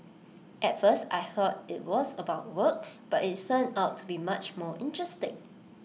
at first I thought IT was about work but IT turned out to be much more interesting